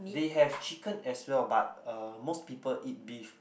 they have chicken as well but uh most people eat beef